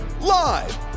live